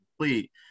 complete